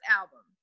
album